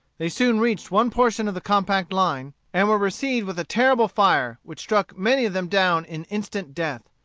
they soon reached one portion of the compact line, and were received with a terrible fire, which struck many of them down in instant death.